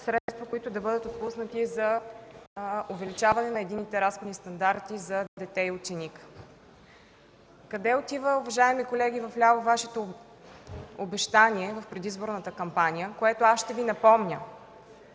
които да бъдат отпуснати за увеличаване на единните разходни стандарти за дете и ученик. Къде отива, уважаеми колеги отляво, Вашето обещание в предизборната кампания, което аз ще Ви напомня?